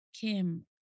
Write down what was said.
Kim